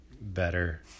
better